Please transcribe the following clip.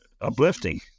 uplifting